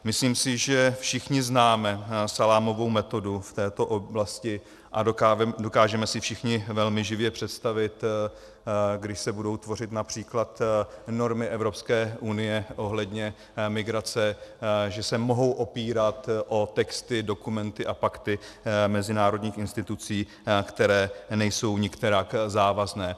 Myslím si, že všichni známe salámovou metodu v této oblasti a dokážeme si všichni velmi živě představit, když se budou tvořit např. normy Evropské unie ohledně migrace, že se mohou opírat o texty, dokumenty a pakty mezinárodních institucí, které nejsou nikterak závazné.